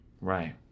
right